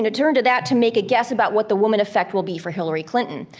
and turn to that, to make a guess about what the woman effect will be for hillary clinton.